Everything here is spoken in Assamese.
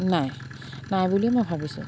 নাই নাই বুলিয়ে মই ভাবিছোঁ